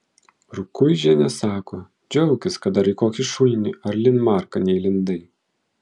rukuižienė sako džiaukis kad dar į kokį šulinį ar linmarką neįlindai